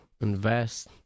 Invest